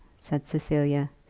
said cecilia.